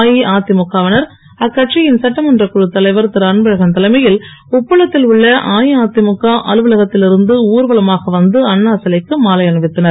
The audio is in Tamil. அஇஅதிமுக வினர் அக்கடசியின் சட்டமன்றக் குழுத் தலைவர் திருஅன்பழகன் தலைமையில் உப்பளத்தில் உள்ள அஇஅதிமுக அலுவலகத்தில் இருந்து ஊர்வலகமாக வந்து அண்ணா சிலைக்கு மாலை அணிவித்தனர்